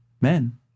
Men